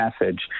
message